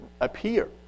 appear